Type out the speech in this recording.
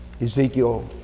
Ezekiel